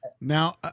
Now